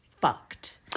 fucked